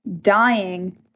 dying